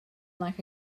like